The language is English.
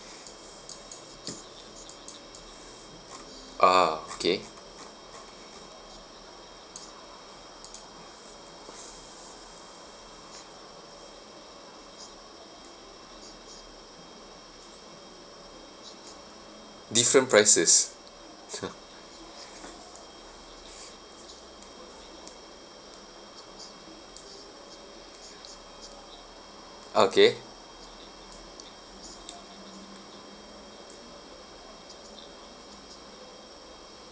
ah ~ kay different prices okay